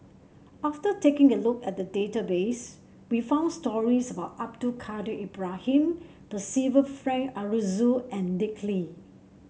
after taking a look at the database we found stories about Abdul Kadir Ibrahim Percival Frank Aroozoo and Dick Lee